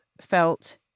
felt